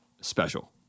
special